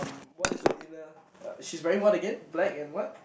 what is the inner she's wearing what again black and what